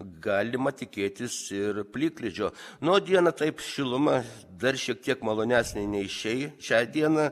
galima tikėtis ir plikledžio na o dieną taip šiluma dar šiek tiek malonesnė nei šiai šią dieną